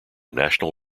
national